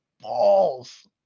balls